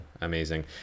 amazing